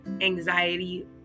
anxiety